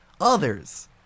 others